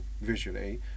visually